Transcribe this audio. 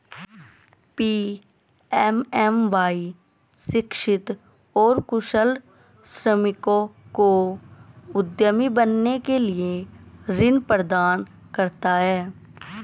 PMMY शिक्षित और कुशल श्रमिकों को उद्यमी बनने के लिए ऋण प्रदान करता है